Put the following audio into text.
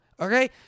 okay